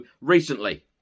recently